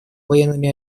военными